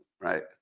Right